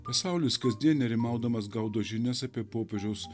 pasaulis kasdien nerimaudamas gaudo žinias apie popiežiaus